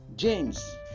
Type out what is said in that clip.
James